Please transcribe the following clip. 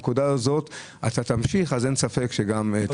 מכיוון שאתה תמשיך אז אין ספק שגם תצליח.